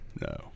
No